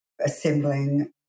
assembling